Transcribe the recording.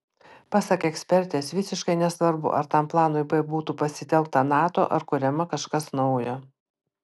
pasak ekspertės visiškai nesvarbu ar tam planui b būtų pasitelkta nato ar kuriama kažkas nauja